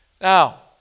Now